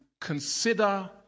consider